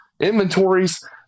inventories